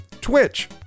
Twitch